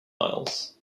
isles